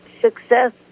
Success